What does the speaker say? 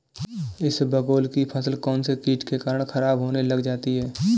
इसबगोल की फसल कौनसे कीट के कारण खराब होने लग जाती है?